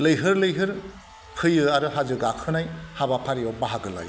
लैहोर लैहोर फैयो आरो हाजो गाखोनाय हाबाफारियाव बाहागो लायो